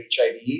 HIV